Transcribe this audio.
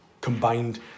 combined